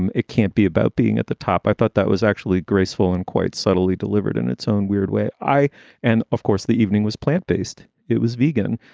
and it can't be about being at the top. i thought that was actually graceful and quite suddenly delivered in its own weird way i and of course, the evening was plant based. it was vegan.